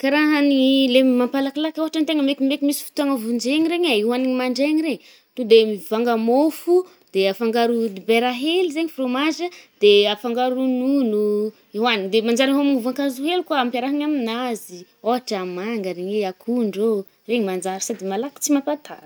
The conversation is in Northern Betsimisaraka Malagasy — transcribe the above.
Ka raha ny le-mapalakilaky ôhatra ny tegna mekimaiky misy fotoagna vonjegny regny e, hoaniny mandraigna re, to de mivanga môfo de afangaro dibera hely zaigny fromage, de afangaro ronono oh, ohanigny de manjary hamo voànkazo hely koà ampiaraigna aminazy ôhatra manga regny e, akondro oh, regny manjary sady malaky tsy matara.